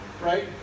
Right